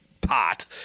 pot